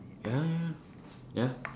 ya ya ya ya